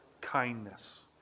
Kindness